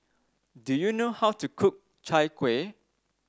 do you know how to cook Chai Kueh